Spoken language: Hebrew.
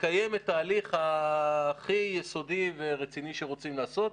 לקיים את ההליך הכי יסודי ורציני שרוצים לעשות,